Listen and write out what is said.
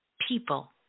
people